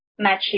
matchy